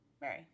Mary